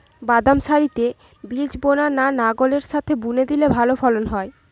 বাদাম সারিতে বীজ বোনা না লাঙ্গলের সাথে বুনে দিলে ভালো ফলন হয়?